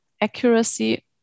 accuracy